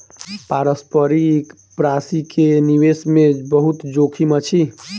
पारस्परिक प्राशि के निवेश मे बहुत जोखिम अछि